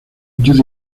judith